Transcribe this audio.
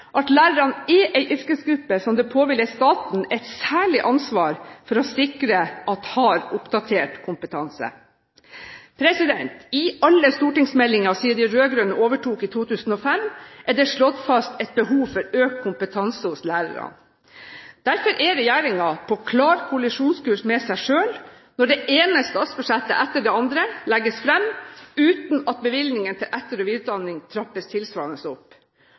at lærerne er en yrkesgruppe som det påhviler staten et særlig ansvar å sikre oppdatert kompetanse. I alle stortingsmeldinger siden de rød-grønne overtok i 2005, er det slått fast et behov for økt kompetanse hos lærerne. Derfor er regjeringen på klar kollisjonskurs med seg selv når det ene statsbudsjettet etter det andre legges fram uten at bevilgningene til etter- og videreutdanning trappes tilsvarende opp.